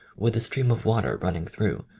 with a stream of water running through,